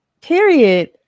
Period